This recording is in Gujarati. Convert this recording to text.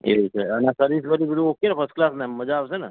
એવું છે અને સર્વિસ બીજું બધું ઓકે ને ફર્સ્ટ ક્લાસ ને મજા આવશેને